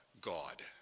God